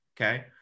Okay